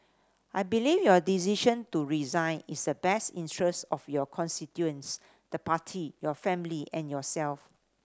I believe your decision to resign is a best interest of your constituents the party your family and yourself